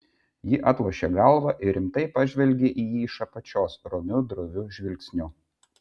ji atlošė galvą ir rimtai pažvelgė į jį iš apačios romiu droviu žvilgsniu